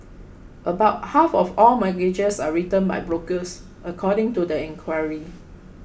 about half of all mortgages are written by brokers according to the inquiry